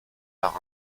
par